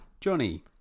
Johnny